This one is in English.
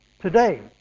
today